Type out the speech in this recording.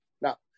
Now